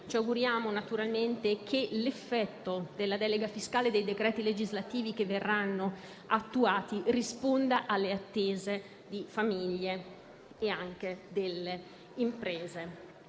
Ci auguriamo naturalmente che l'effetto della delega fiscale e dei decreti legislativi che verranno attuati risponda alle attese delle famiglie e anche delle imprese.